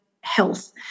health